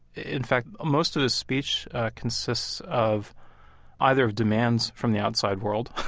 in fact, most of his speech consists of either of demands from the outside world,